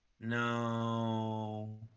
No